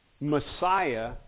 Messiah